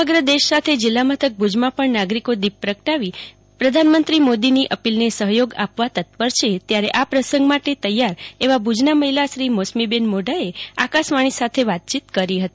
સમગ્ર દેશ સાથે જિલ્લા મથક ભુજમાં પણ નાગરિકો દીપ પ્રાગટ્યથી પ્રધાનમંત્રી મોદીની અપીલને સહયોગ આપવા તત્પર છે ત્યારે આ પ્રસંગ માટે તૈયાર એવા ભુજના મહિલાશ્રી મોસમીબેન મોઢાએ આકાશવાણી સાથે વાતચીત કરી હતી